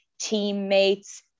teammates